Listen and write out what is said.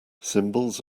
symbols